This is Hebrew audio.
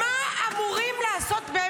אמרו פעם שחיילי צה"ל אנסו.